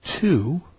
Two